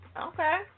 Okay